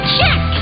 Check